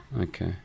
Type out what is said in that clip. Okay